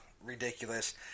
Ridiculous